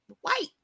white